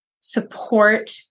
support